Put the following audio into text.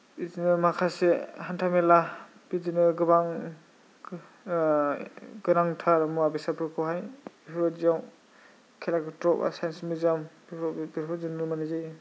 बिदिनो माखासे हान्था मेला बिदिनो गोबां गोनांथार मुवा बेसादफोरखौहाय बेफोरबादियाव कलाक्षेत्र'आव बा साइन्स मिउजियाम बेफोराव बेफोरबादि नुनो मोननाय जायो